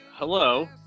Hello